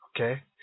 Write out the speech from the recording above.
Okay